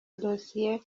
dosiye